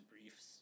briefs